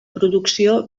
producció